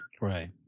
Right